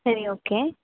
சரி ஓகே